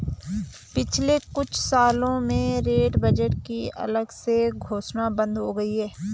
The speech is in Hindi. पिछले कुछ सालों में रेल बजट की अलग से घोषणा बंद हो गई है